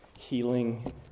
healing